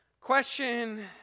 Question